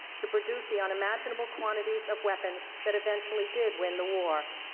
to produce the unimaginable quantities of weapons that eventually did win the war.